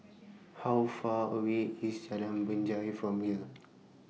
How Far away IS Jalan Binjai from here